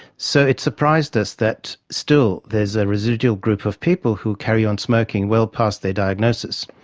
so it surprised us that still there is a residual group of people who carry on smoking well past their diagnosis.